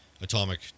Atomic